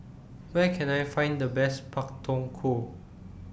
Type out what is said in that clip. Where Can I Find The Best Pak Thong Ko